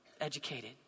educated